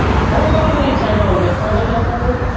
i don't know how many ten dollar gift cards i can afford.